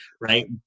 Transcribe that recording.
right